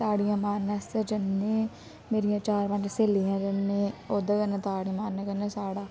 ताड़िया मारने आस्तै जन्ने मेरियां चार पंज स्हेलियां जन्ने ओह्दे कन्नै ताड़ी मारने कन्नै साढ़ा